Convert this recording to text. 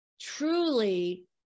truly